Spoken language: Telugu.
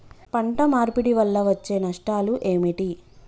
పంట మార్పిడి వల్ల వచ్చే నష్టాలు ఏమిటి?